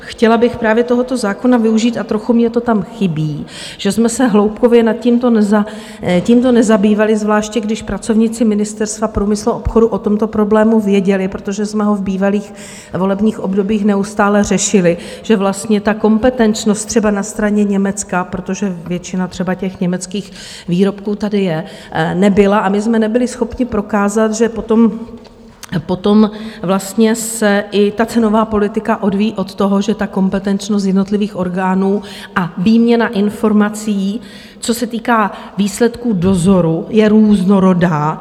Chtěla bych právě tohoto zákona využít, a trochu mně to tam chybí, že jsme se hloubkově tímto nezabývali, zvláště když pracovníci Ministerstva průmyslu a obchodu o tomto problému věděli, protože jsme ho v bývalých volebních obdobích neustále řešili, že vlastně ta kompetenčnost třeba na straně Německa, protože většina třeba těch německých výrobků tady je, nebyla, a my jsme nebyli schopni prokázat, že potom vlastně se i ta cenová politika odvíjí od toho, že ta kompetenčnost jednotlivých orgánů a výměna informací, co se týká výsledků dozoru, je různorodá.